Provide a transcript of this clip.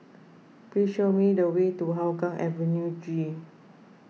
please show me the way to Hougang Avenue G